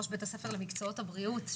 ראש בית הספר למקצועות הבריאות,